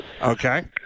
Okay